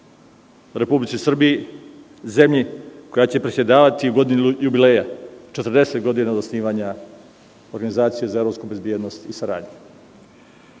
Republici Srbiji, zemlji koja će predsedavati u godini jubileja, četrdeset godina od osnivanja Organizacije za evropsku bezbednost i saradnju. Imao